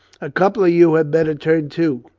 a couple of you had better turn to,